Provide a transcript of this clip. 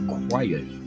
quiet